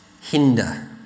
hinder